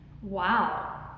Wow